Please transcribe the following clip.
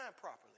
properly